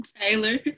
taylor